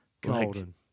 Golden